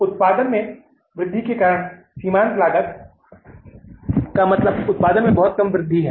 उत्पादन में वृद्धि के कारण सीमांत लागत का मतलब लागत में बहुत कम वृद्धि है